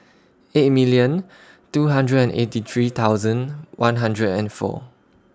eight million two hundred and eighty three thousand one hundred and four